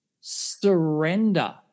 surrender